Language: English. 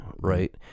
right